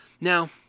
Now